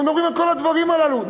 אנחנו מדברים על כל הדברים הללו.